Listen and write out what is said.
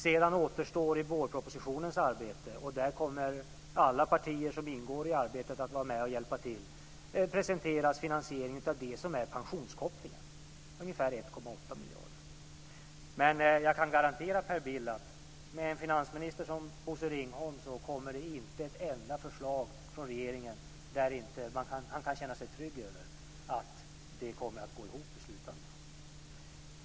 Sedan återstår att i vårpropositionen, och där kommer alla partier som ingår i arbetet att vara med och hjälpa till, presentera finansiering av det som är pensionskopplingen - Jag kan garantera Per Bill att med en finansminister som Bosse Ringholm kommer det inte ett enda förslag från regeringen där man inte kan vara trygg över att det går ihop i slutändan.